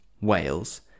Wales